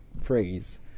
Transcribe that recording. phrase